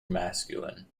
masculine